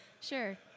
Sure